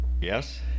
Yes